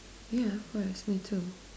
yeah of course me too